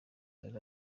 dore